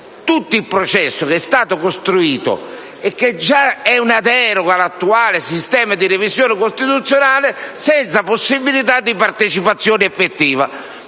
tutto il processo costruito (che già rappresenta una deroga all'attuale sistema di revisione costituzionale) senza possibilità di partecipazione effettiva.